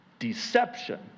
deception